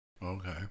Okay